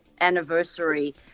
anniversary